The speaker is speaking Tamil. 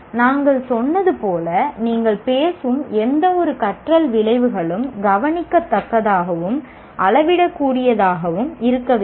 நாங்கள் சொன்னது போல் நீங்கள் பேசும் எந்தவொரு கற்றல் விளைவுகளும் கவனிக்கத்தக்கதாகவும் அளவிடக்கூடியதாகவும் இருக்க வேண்டும்